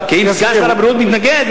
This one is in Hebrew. כי אם סגן שר הבריאות מתנגד,